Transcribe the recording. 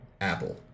Apple